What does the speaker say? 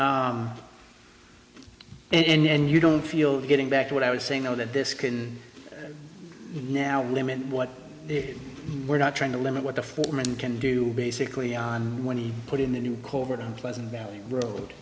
that and you don't feel getting back to what i was saying though that this can narrow limits what we're not trying to limit what the foreman can do basically on when he put in the new corporate on pleasant valley road